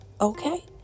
okay